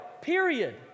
Period